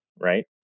right